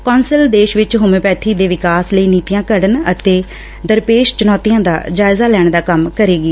council ਦੇਸ਼ ਵਿਚ homeopathy ਦੇ ਵਿਕਾਸ ਲਈ ਨੀਤੀਆਂ ਘੜਨ ਅਤੇ ਦਰਪੇਸ਼ ਚੁਣੌਤੀਆਂ ਦਾ ਜਾਇਜ਼ਾ ਲੈਣ ਦਾ ਕੰਮ ਕਰੇਗੀ